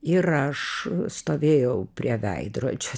ir aš stovėjau prie veidrodžio